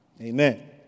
Amen